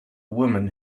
woman